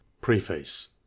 Preface